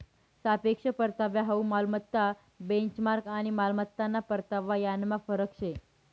सापेक्ष परतावा हाउ मालमत्ता बेंचमार्क आणि मालमत्ताना परतावा यानमा फरक शे